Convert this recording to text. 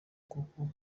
kuko